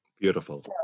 Beautiful